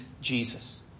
Jesus